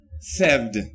saved